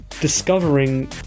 discovering